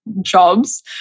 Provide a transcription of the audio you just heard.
jobs